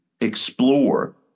explore